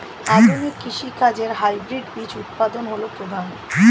আধুনিক কৃষি কাজে হাইব্রিড বীজ উৎপাদন হল প্রধান